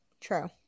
True